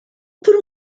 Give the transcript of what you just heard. por